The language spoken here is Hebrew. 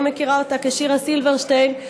אני מכירה אותה כשירה סילברשטיין,